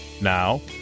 Now